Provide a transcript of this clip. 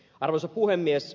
arvoisa puhemies